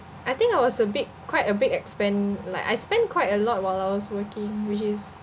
I think I was a big quite a big expen~ like I spend quite a lot while I was working which is